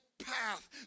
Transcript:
Path